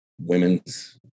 women's